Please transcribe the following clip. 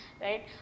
right